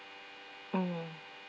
mm